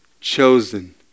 chosen